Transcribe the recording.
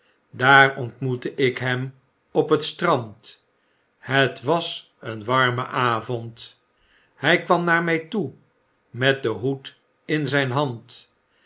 daar ontmoette ik hem op het strand het was een warme avond hij kwam naar my toe met den hoed in zijn hand